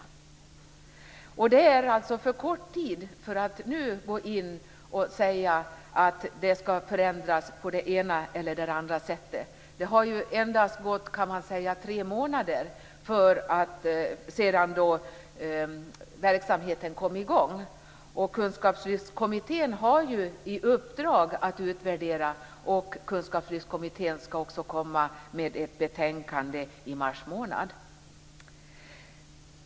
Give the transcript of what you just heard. Det har alltså gått för kort tid för att nu säga att det skall förändras på det ena eller det andra sättet. Det har ju endast gått tre månader sedan verksamheten kom i gång. Kunskapslyftskommittén har ju i uppdrag att göra en utvärdering och skall också komma med ett betänkande i mars månad.